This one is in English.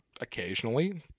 occasionally